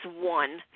one